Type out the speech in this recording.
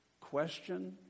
question